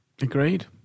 agreed